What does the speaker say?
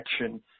action